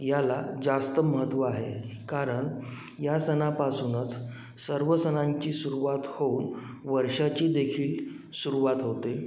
याला जास्त महत्त्व आहे कारण या सणापासूनच सर्व सणांची सुरुवात होऊन वर्षाची देखील सुरुवात होते